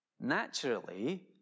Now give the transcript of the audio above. Naturally